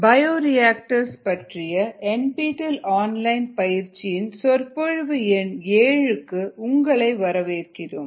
bioreactors பற்றிய NPTEL online பயிற்சியின் சொற்பொழிவு எண் 7 க்கு உங்களை வரவேற்கிறோம்